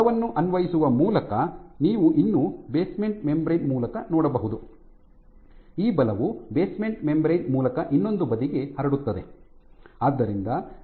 ಬಲವನ್ನು ಅನ್ವಯಿಸುವ ಮೂಲಕ ನೀವು ಇನ್ನೂ ಬೇಸ್ಮೆಂಟ್ ಮೆಂಬರೇನ್ ಮೂಲಕ ನೋಡಬಹುದು ಈ ಬಲವು ಬೇಸ್ಮೆಂಟ್ ಮೆಂಬರೇನ್ ಮೂಲಕ ಇನ್ನೊಂದು ಬದಿಗೆ ಹರಡುತ್ತದೆ